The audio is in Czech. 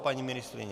Paní ministryně?